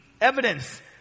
evidence